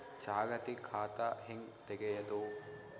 ಚಾಲತಿ ಖಾತಾ ಹೆಂಗ್ ತಗೆಯದು?